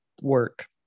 work